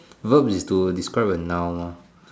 verb is to describe a noun lor